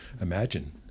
imagine